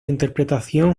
interpretación